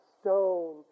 stone